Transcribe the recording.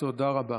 תודה רבה.